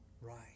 right